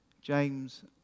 James